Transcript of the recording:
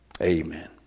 amen